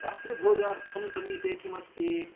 रात्रिभोजार्थं समीपे किम् अस्ति